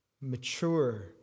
Mature